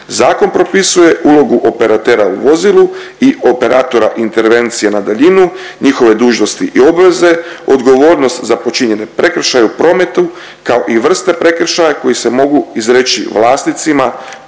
Zakon propisuje ulogu operatera u vozilu i operatora intervencije na daljinu, njihove dužnosti i obveze, odgovornost za počinjenje prekršaje u prometu kao i vrste prekršaja koji se mogu izreći vlasnicima